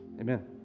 Amen